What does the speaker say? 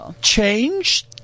change